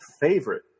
favorite